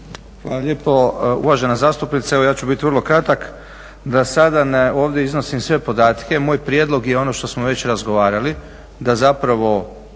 Hvala lijepo. Uvažena zastupnice, evo ja ću biti vrlo kratak. Da sada ovdje ne iznosim sve podatke moj prijedlog je ono što smo već razgovarali da zapravo